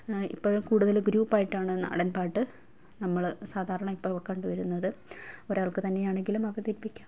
ഇപ്പഴ് കൂട്തൽ ഗ്രൂപ്പായിട്ടാണ് നാടന് പാട്ട് നമ്മൾ സാധാരണ ഇപ്പം കണ്ട് വരുന്നത് ഒരാള്ക്ക് തന്നെയാണെങ്കിലും അവതരിപ്പിക്കാം